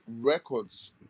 records